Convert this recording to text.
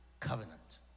covenant